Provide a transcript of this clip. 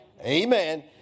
Amen